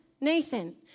Nathan